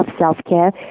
self-care